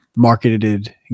marketed